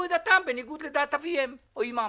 את דתם בניגוד לדת אביהם או אימם,